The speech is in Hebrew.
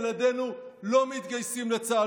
ילדינו לא מתגייסים לצה"ל,